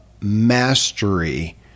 mastery